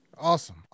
Awesome